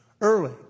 early